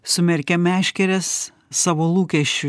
sumerkę meškeres savo lūkesčių